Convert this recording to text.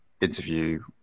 interview